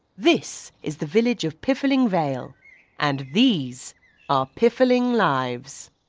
this is the village of piffling vale and these are piffling lives.